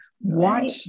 watch